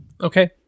Okay